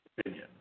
opinion